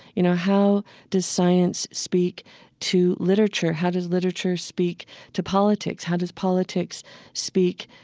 you know, how does science speak to literature? how does literature speak to politics? how does politics speak